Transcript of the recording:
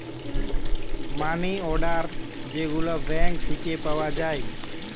মানি order যে গুলা bank থিকে পাওয়া যায়